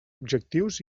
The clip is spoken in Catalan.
objectius